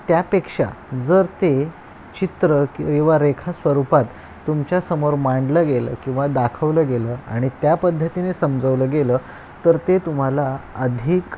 त्यापेक्षा जर ते चित्र किंवा रेखा स्वरूपात तुमच्यासमोर मांडलं गेलं किंवा दाखवलं गेलं आणि त्या पद्धतीने समजवलं गेलं तर ते तुम्हाला अधिक